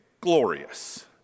glorious